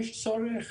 יש צורך